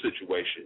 situation